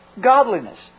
godliness